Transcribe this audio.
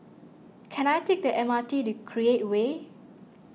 can I take the M R T to Create Way